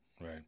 right